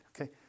okay